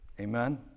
Amen